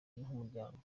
nk’umuryango